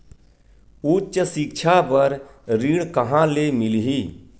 उच्च सिक्छा बर ऋण कहां ले मिलही?